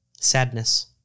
Sadness